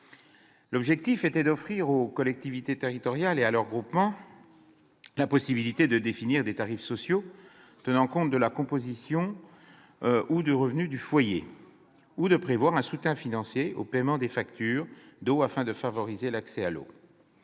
L'objectif était d'offrir aux collectivités territoriales et à leurs groupements la possibilité de définir des tarifs sociaux tenant compte de la composition ou des revenus du foyer, ou de prévoir un soutien financier au paiement des factures d'eau, afin de favoriser l'accès à l'eau.